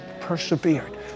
persevered